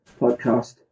podcast